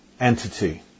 entity